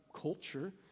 culture